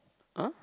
!huh!